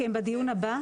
כי הם בדיון הבא.